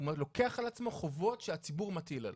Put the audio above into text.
הוא לוקח על עצמו חובות שהציבור מטיל עליו.